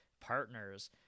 partners